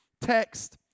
text